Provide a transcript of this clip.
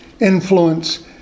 influence